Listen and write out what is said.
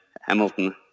hamilton